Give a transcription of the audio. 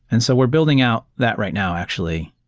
and so we're building out that right now, actually,